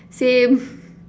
same